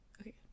Okay